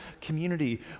community